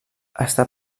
està